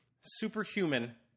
superhuman